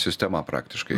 sistema praktiškai